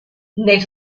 nel